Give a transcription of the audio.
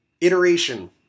iteration